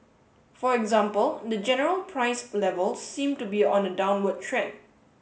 for example the general price level seem to be on a downward trend